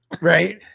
Right